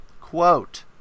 Quote